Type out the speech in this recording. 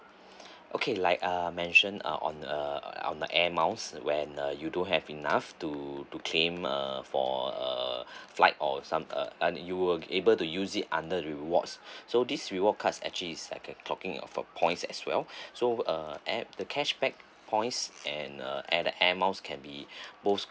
okay like uh I've mentioned uh on uh on the air miles when uh you don't have enough to to claim uh for uh flight or some uh you will be able to use it under rewards so this reward card actually is like talking a points as well so uh air the cashback points and uh and the air miles can be both